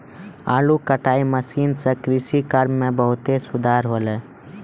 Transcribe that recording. आलू कटाई मसीन सें कृषि कार्य म बहुत सुधार हौले